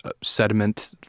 sediment